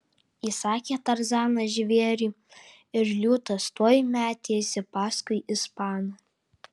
įsakė tarzanas žvėriui ir liūtas tuoj metėsi paskui ispaną